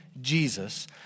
Jesus